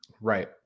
Right